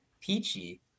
peachy